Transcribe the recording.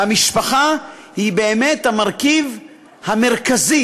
והמשפחה היא באמת המרכיב המרכזי